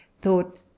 Thought